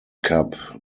cup